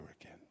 again